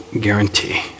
guarantee